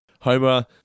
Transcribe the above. Homer